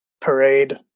parade